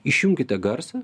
išjunkite garsą